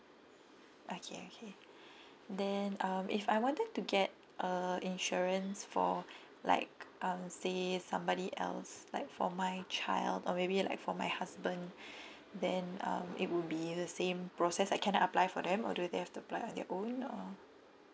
okay okay then um if I wanted to get uh insurance for like um say somebody else like for my child or maybe like for my husband then um it would be the same process I can apply for them or do they have to apply on their own or